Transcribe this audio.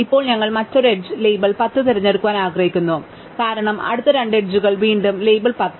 ഇപ്പോൾ ഞങ്ങൾ മറ്റൊരു എഡ്ജ് ലേബൽ 10 തിരഞ്ഞെടുക്കാൻ ആഗ്രഹിക്കുന്നു കാരണം അടുത്ത രണ്ട് എഡ്ജുകൾ വീണ്ടും ലേബൽ 10